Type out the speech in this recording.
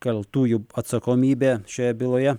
kaltųjų atsakomybė šioje byloje